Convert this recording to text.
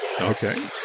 Okay